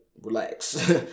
relax